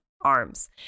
arms